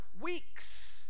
weeks